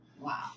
Wow